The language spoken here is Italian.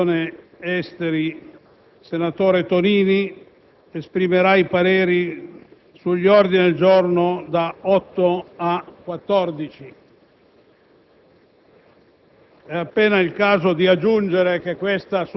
G7; il relatore per la Commissione affari esteri, senatore Tonini, esprimerà poi i pareri sugli ordini del giorno da G8 a G14.